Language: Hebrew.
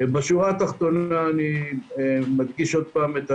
בשורה תחתונה אני מדגיש את